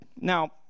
Now